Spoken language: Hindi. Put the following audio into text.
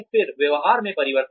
फिर व्यवहार में परिवर्तन